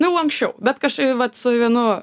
nu jau anksčiau bet kažkaip vat su vienu